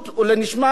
אולי נשמע,